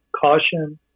caution